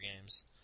games